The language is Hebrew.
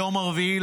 היום 4 בנובמבר,